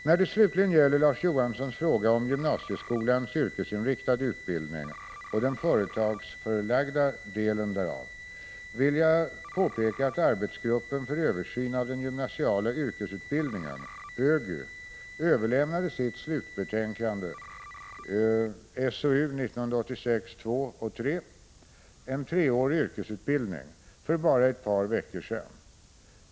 När det slutligen gäller Larz Johanssons fråga om gymnasieskolans yrkesinriktade utbildning och den företagsförlagda delen därav, vill jag påpeka att arbetsgruppen för översyn av den gymnasiala yrkesutbildningen överlämnade sitt slutbetänkande , En treårig yrkesutbildning, för bara ett par veckor sedan.